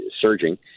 surging